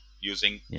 using